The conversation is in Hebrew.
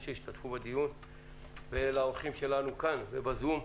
שהשתתפו בדיון ולאורחים שלנו כאן ובזום.